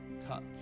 touch